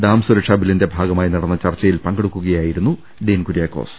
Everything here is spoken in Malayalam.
ഡാം സുരക്ഷാ ബില്ലിന്റെ ഭാഗമായി നടന്ന ചർച്ചയിൽ പങ്കെടുക്കുകയായിരുന്നു ഡീൻ കുര്യാക്കോസ്